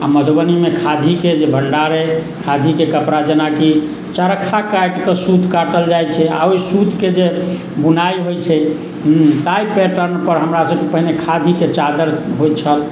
आ मधुबनीमे खादीके जे भण्डार अइ खादीके कपड़ा जेना कि चरखा काटिके सूत काटल जाइत छै आ ओहि सूतके जे बुनाइ होइत छै हम्म ताहि पैटर्नपर हमरासभके पहिने खादीके चादर होइत छल